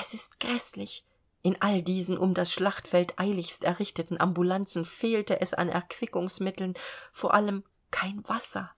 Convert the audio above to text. es ist gräßlich in all diesen um das schlachtfeld eiligst errichteten ambulancen fehlte es an erquickungsmitteln vor allem kein wasser